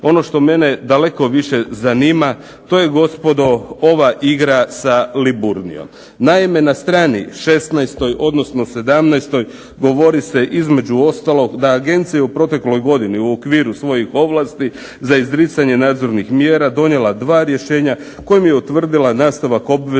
Ono što mene daleko više zanima to je gospodo ova igra sa Liburnijom. Naime, na strani 16. odnosno 17. govori se između ostalog da agencije u protekloj godini u okviru svojih ovlasti za izricanje nadzornih mjera donijela dva rješenja kojim je utvrdila nastavak obveze,